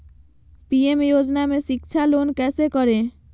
PM योजना में शिक्षा लोन कैसे करें?